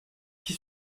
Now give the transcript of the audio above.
qui